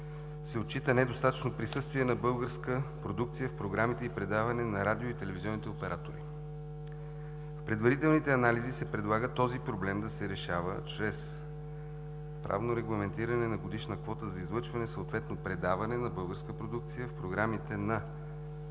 се отчита недостатъчно присъствие на българска продукция в програмите и предаванията на радио- и телевизионните оператори. В предварителните анализи се предлага този проблем да се решава чрез правно регламентиране на годишна квота за излъчване, съответно предаване, на българска продукция в програмите на